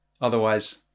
otherwise